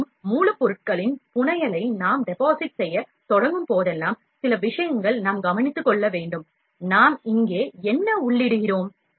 மேலும் மூலப்பொருட்களின் புனையலை நாம் டெபாசிட் செய்யத் தொடங்கும் போதெல்லாம் சில விஷயங்கள் நாம் கவனித்துக் கொள்ள வேண்டும் நாம் இங்கே என்ன உள்ளிடுகிறோம்